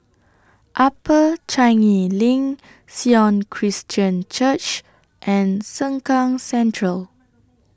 Upper Changi LINK Sion Christian Church and Sengkang Central